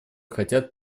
хотят